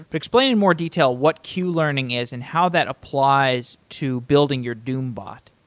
but explain in more detail what q-learning is and how that applies to building your doom bot.